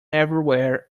everywhere